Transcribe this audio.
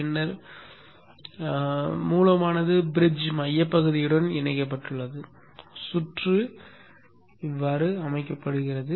பின்னர் மூலமானது பிரிட்ஜ் மையப் பகுதியுடன் இணைக்கப்பட்டுள்ளது சுற்று இவ்வாறு அமைக்கப்படுகிறது